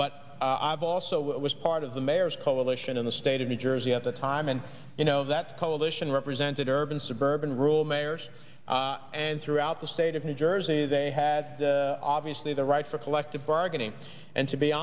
but i've also was part of the mayor's coalition in the state of new jersey at the time and you know that coalition represented urban suburban rural mayors and throughout the state of new jersey they had obviously the right for collective bargaining and to be